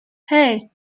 hey